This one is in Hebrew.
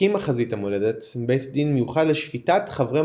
הקימה חזית המולדת בית דין מיוחד לשפיטת חברי